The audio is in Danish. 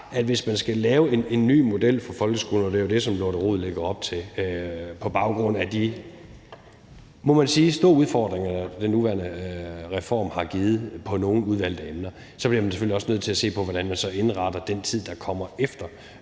at hvis man skal lave en ny model for folkeskolen på nogle udvalgte emner – og det er jo det, som fru Lotte Rod lægger op til – på baggrund af de, må man sige, store udfordringer, som den nuværende reform har givet, så bliver man selvfølgelig også nødt til at se på, hvordan man indretter den tid, der kommer efter